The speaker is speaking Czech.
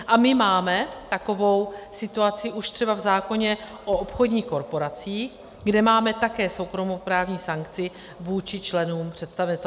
A my máme takovou situaci už třeba v zákoně o obchodních korporacích, kde máme také soukromoprávní sankci vůči členům představenstva.